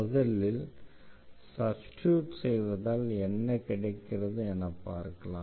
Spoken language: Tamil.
முதலில் சப்ஸ்டிடியூட் செய்வதால் என்ன கிடைக்கிறது என பார்க்கலாம்